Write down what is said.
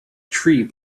tree